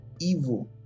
evil